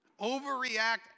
Overreact